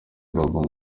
babou